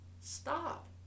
Stop